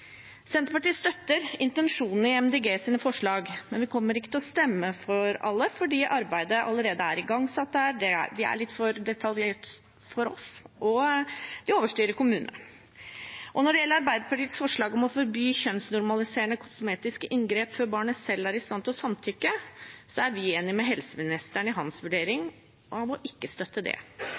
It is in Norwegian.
Senterpartiet støtter intensjonen i Miljøpartiet De Grønnes forslag, men vi kommer ikke til å stemme for alle, for arbeidet er allerede igangsatt, de er litt for detaljert for oss, og de overstyrer kommunene. Når det gjelder Arbeiderpartiets forslag om å forby kjønnsnormaliserende kosmetiske inngrep før barnet selv er i stand til å samtykke, er vi enig med helseministeren i hans vurdering av ikke å støtte det.